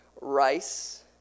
rice